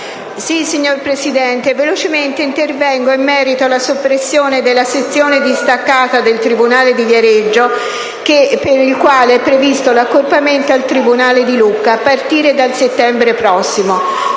Signor Presidente, intervengo in merito alla soppressione della sezione distaccata del tribunale di Viareggio, per il quale è previsto l'accorpamento al tribunale di Lucca a partire dal settembre prossimo.